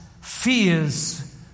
fears